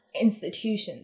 institutions